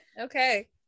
Okay